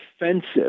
offensive